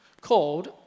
called